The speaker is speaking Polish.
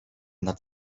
nad